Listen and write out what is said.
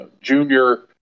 Junior